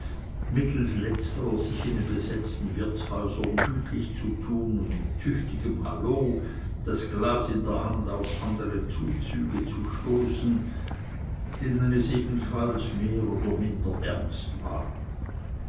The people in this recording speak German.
mittelst letzterer sich in den besetzten wirtshäusern gütlich zu tun und mit tüchtigem hallo das glas in der hand auf andere zuzüge zu stoßen denen es ebenfalls mehr oder minder ernst war